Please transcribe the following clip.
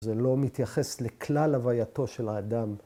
‫זה לא מתייחס ‫לכלל הווייתו של האדם.